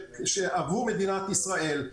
עבור מדינת ישראל.